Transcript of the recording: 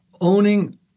owning